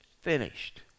finished